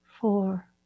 four